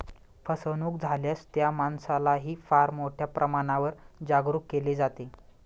फसवणूक झाल्यास त्या माणसालाही फार मोठ्या प्रमाणावर जागरूक केले जाते